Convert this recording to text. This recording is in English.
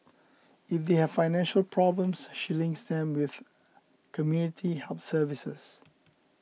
if they have financial problems she links them with community help services